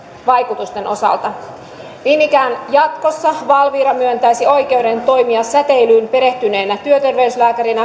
vaikutusten osalta niin ikään jatkossa valvira myöntäisi oikeuden toimia säteilyyn perehtyneenä työterveyslääkärinä